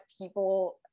people